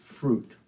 fruit